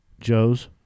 Joe's